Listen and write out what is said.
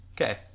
Okay